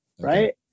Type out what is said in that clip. right